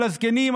על הזקנים,